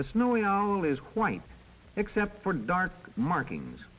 the snow we all is quite except for dark markings